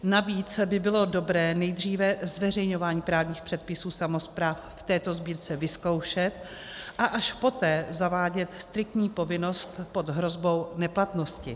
Navíc by bylo dobré nejdříve zveřejňování právních předpisů samospráv v této sbírce vyzkoušet, a až poté zavádět striktní povinnost pod hrozbou neplatnosti.